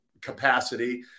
capacity